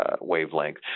wavelength